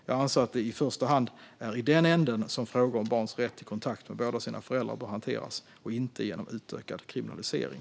Jag anser att det i första hand är i den änden som frågor om barns rätt till kontakt med båda sina föräldrar bör hanteras, inte genom utökad kriminalisering.